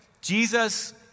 Jesus